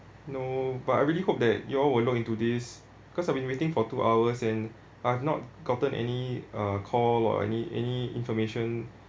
no but I really hope that you all will look into this cause I've been waiting for two hours and I have not gotten any uh call or any any information